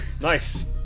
Nice